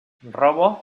roba